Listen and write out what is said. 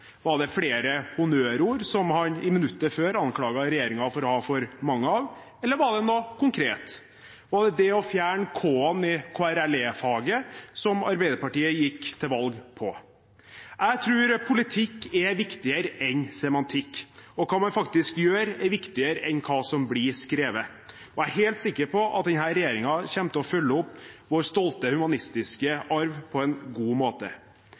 Var det flere honnørord som han i minuttet før anklaget regjeringen for å ha for mange av, eller var det noe konkret, som det å fjerne K-en i KRLE-faget, som Arbeiderpartiet gikk til valg på? Jeg tror politikk er viktigere enn semantikk, og hva man faktisk gjør, er viktigere enn hva som blir skrevet. Jeg er helt sikker på at denne regjeringen kommer til å følge opp vår stolte humanistiske arv på en god måte.